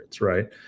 right